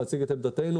להציג את עמדתנו.